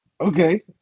okay